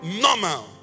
normal